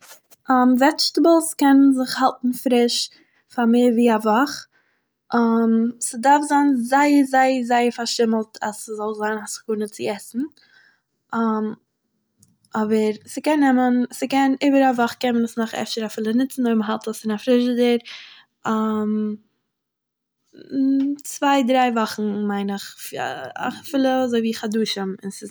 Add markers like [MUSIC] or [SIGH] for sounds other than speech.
[HESITATION] וועטשטעבלס קען זיך האלטן פריש פאר מער ווי א וואך, [HESITATION] ס'דארף זיין זייער זייער זייער פארשימלט אז ס'זאל זיין א סכנה צו עסן, [HESITATION] אבער ס'קען נעמען, ס'קען איבער א וואך קען מען עס נאך אפשר אפילו נוצן אויב מ'האלט עס אין א פרידשעדער [HESITATION] צוויי דריי וואכן מיין איך א... אפילו אזוי ווי חדשים ווען ס'איז נישט גוט.